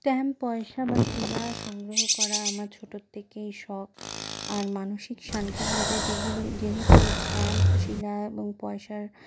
stamp পয়সা শিলা সংগ্রহ করা আমার ছোটোর থেকেই শখ আর মানসিক শান্তি বলতে যেগুলো যেহেতু এই স্ট্যাম্প শিলা এবং পয়সার